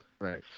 Right